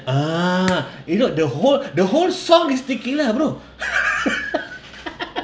a'ah you know the whole the whole song is sticky lah bro